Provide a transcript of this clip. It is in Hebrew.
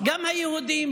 גם היהודים.